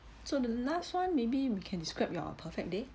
so the last one maybe you can describe your perfect day